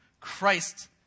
Christ